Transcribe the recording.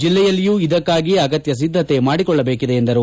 ಜಿಲ್ಲೆಯಲ್ಲಿಯೂ ಇದಕ್ಕಾಗಿ ಅಗತ್ಯ ಸಿದ್ದತೆ ಮಾಡಿಕೊಳ್ಳಬೇಕಿದೆ ಎಂದರು